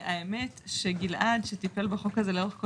האמת היא שגלעד שטיפל בחוק הזה לאורך כל